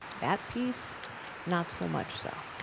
that piece not so much so.